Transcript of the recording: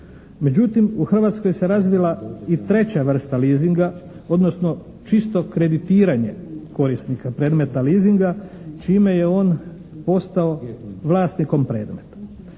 Međutim, u Hrvatskoj se razvila i treća vrsta leasinga, odnosno čisto kreditiranje korisnika predmeta leasinga čime je on postao vlasnikom predmeta.